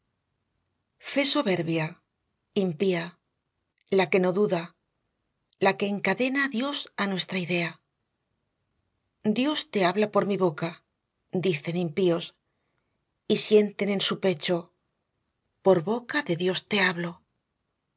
fe soberbia impía la que no duda la que encadena dios á nuestra idea dios te habla por mi boca dicen impíos y sienten en su pecho por boca de dios te hablo